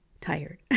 tired